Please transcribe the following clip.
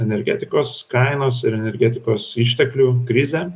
energetikos kainos ir energetikos išteklių krizė